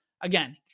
again